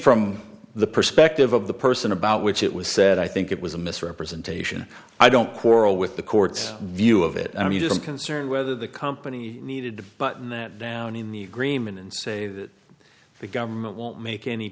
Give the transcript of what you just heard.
from the perspective of the person about which it was said i think it was a misrepresentation i don't quarrel with the court's view of it i mean just concerned whether the company needed to button that down in the agreement and say that the government won't make any